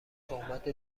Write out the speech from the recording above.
تهمت